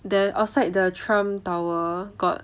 then outside the trump tower got